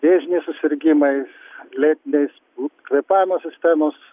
vėžiniais susirgimais lėtiniais kvėpavimo sistemos